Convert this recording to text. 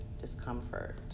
discomfort